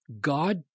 God